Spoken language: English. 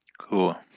cool